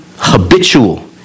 Habitual